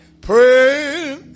Pray